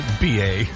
BA